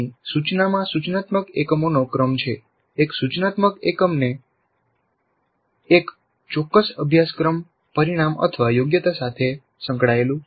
અહીં સૂચનામાં સૂચનાત્મક એકમોનો ક્રમ છે એક સૂચનાત્મક એકમએ એક ચોક્કસ અભ્યાસક્રમ પરિણામ અથવા યોગ્યતા સાથે સંકળાયેલું છે